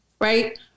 right